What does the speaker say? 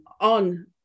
on